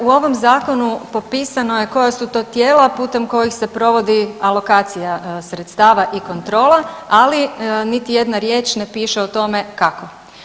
Dakle, u ovom zakonu popisano je koja su to tijela putem kojih se provodi alokacija sredstava i kontrola, ali niti jedna riječ ne piše o tome kako.